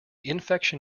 infection